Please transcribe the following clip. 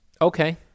Okay